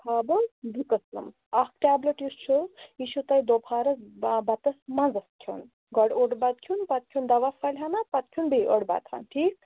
تھاوٕ بہٕ زٕ قٕسٕم اَکھ ٹیبلِٹ یُس چھُو یہِ چھُو تۄہہِ دُپھارَس بَتَس منٛز کھیوٚن گۄڈٕ اوٚڑ بَتہٕ کھیوٚن پَتہٕ کھیوٚن دوا پھٔلۍ ہَنا پتہٕ کھیوٚن بیٚیہِ اوٚڑ بَتہٕ ہن ٹھیٖک